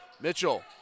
Mitchell